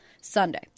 sunday